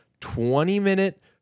20-minute